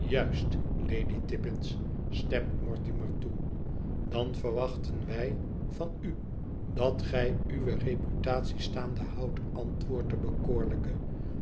juist lady tippins stemt mortimer toe dan verwachten wij van u dat gij uwe reputatie staande houdt antwoordt de bekoorlijke t